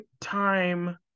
time